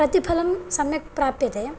प्रतिफलं सम्यक् प्राप्यते